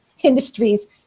industries